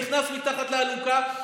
נכנס מתחת לאלונקה.